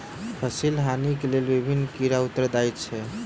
फसिल हानि के लेल विभिन्न कीड़ा उत्तरदायी छल